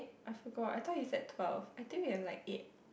I forgot I thought is that twelve I think we have like eight